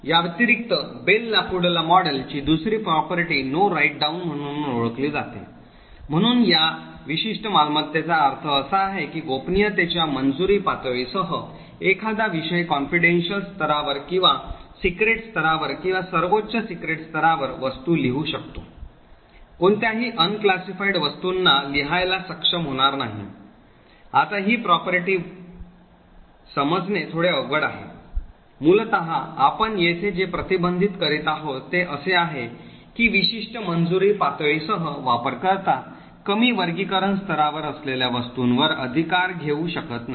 याव्यतिरिक्त Bell LaPadula model ची दुसरी property No Write Down म्हणून ओळखली जाते म्हणूनच या विशिष्ट मालमत्तेचा अर्थ असा आहे की गोपनीयतेच्या मंजुरी पातळीसह एखादा विषय confidential स्तरावर किंवा सिक्रेट स्तरावर किंवा सर्वोच्च सिक्रेट स्तरावर वस्तू लिहू शकतो कोणत्याही unclassified वस्तूंना लिहायला सक्षम होणार नाही आता ही विशिष्ट property समजणे थोडे अवघड आहे मूलत आपण येथे जे प्रतिबंधित करीत आहोत ते असे आहे की विशिष्ट मंजुरी पातळीसह वापर कर्ता कमी वर्गीकरण स्तरावर असलेल्या वस्तूंवर अधिकार घेऊ शकत नाही